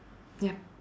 yup